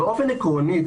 באופן עקרוני,